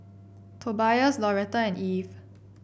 Tobias Lauretta and Eve